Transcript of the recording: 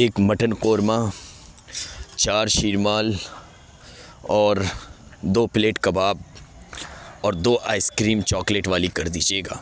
ایک مٹن قورمہ چار شیرمال اور دو پلیٹ کباب اور دو آئیس کریم چاکلیٹ والی کردیجیے گا